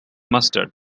mustard